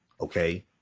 okay